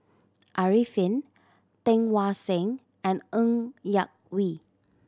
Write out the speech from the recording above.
Arifin Teng Mah Seng and Ng Yak Whee